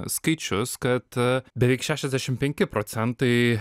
skaičius kad beveik šešiasdešim penki procentai